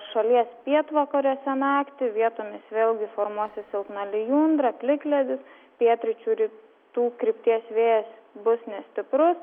šalies pietvakariuose naktį vietomis vėlgi formuosis silpna lijundra plikledis pietryčių rytų krypties vėjas bus nestiprus